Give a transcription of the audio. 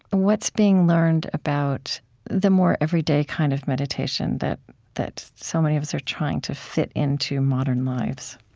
but what's being learned about the more everyday kind of meditation that that so many of us are trying to fit into modern lives?